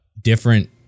different